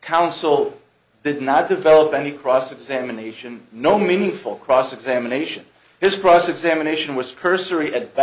counsel did not develop any cross examination no meaningful cross examination his cross examination was cursory at b